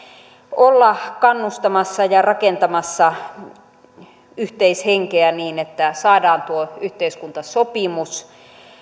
olla kannustamassa ja rakentamassa yhteishenkeä niin että saadaan tuo yhteiskuntasopimus